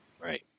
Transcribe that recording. right